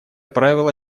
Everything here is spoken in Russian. правило